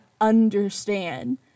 understand